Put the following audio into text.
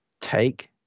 take